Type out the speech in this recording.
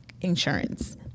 insurance